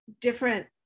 different